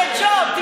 קנו אותך בג'וב.